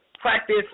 practice